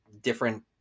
different